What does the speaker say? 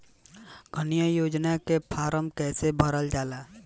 कन्या योजना के फारम् कैसे भरल जाई?